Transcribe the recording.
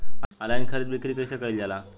Online खरीद बिक्री कइसे कइल जाला?